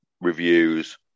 reviews